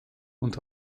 und